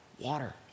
Water